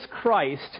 Christ